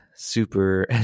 super